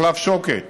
מחלף שוקת,